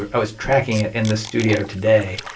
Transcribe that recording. i was tracking it in the studio today,